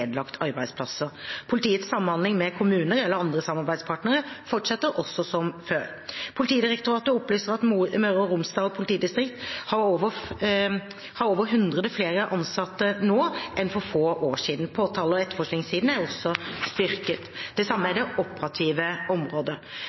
arbeidsplasser. Politiets samhandling med kommuner eller andre samarbeidspartnere fortsetter også som før. Politidirektoratet opplyser at Møre og Romsdal politidistrikt har over hundre flere ansatte nå enn for få år siden. Påtale- og etterforskingssiden er også styrket. Det samme er det operative området.